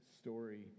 story